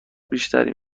بیشتری